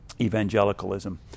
evangelicalism